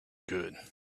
good